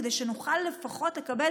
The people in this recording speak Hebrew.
כדי שנוכל לפחות לקבל